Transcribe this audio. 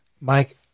mike